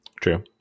True